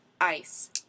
ice